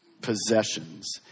possessions